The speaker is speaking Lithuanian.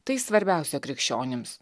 tai svarbiausia krikščionims